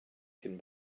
cyn